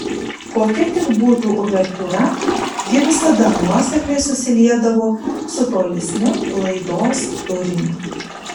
kokia tik būtų uvertiūra ji visada nuosekliai susiliedavo su tolesniu laidos turiniu